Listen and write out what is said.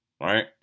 Right